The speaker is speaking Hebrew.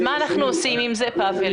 אז מה אז מה אנחנו עושים עם זה, פבל?